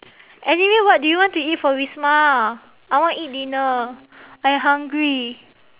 anyway what do you want to eat for wisma I want eat dinner I hungry